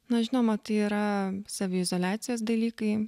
na žinoma tai yra saviizoliacijos dalykai